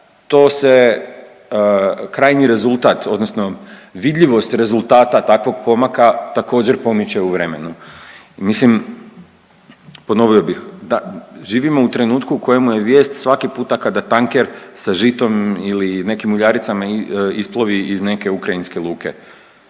to se krajnji rezultat odnosno vidljivost rezultata takvog pomaka također pomiče u vremenu i mislim, ponovio bih da živimo u trenutku u kojemu je vijest svaki puta kada tanker sa žitom ili nekim uljaricama isplovi iz neke ukrajinske luke,